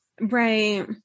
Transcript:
Right